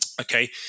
Okay